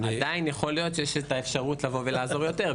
אולי יש אפשרות לבוא ולעזור יותר,